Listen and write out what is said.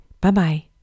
Bye-bye